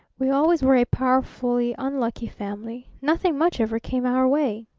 we always were a powerfully unlucky family. nothing much ever came our way!